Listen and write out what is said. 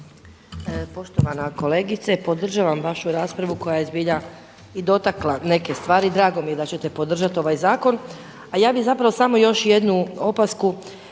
Poštovana kolegice, podržavam vašu raspravu koja je zbilja i dotakla neke stvari i drago mi je da ćete podržati ovaj zakon a ja bi zapravo samo još jednu opasku